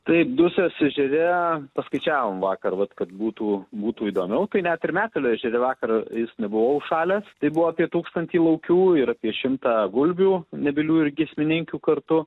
taip dusios ežere paskaičiavom vakar vat kad būtų būtų įdomiau tai net ir metelio ežere vakar jis nebuvo užšalęs tai buvo apie tūkstantį laukių ir apie šimtą gulbių nebylių ir giesmininkių kartu